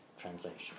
translation